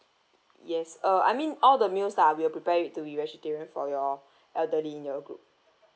yes uh I mean all the meals lah we will prepare it to be vegetarian for your elderly in your group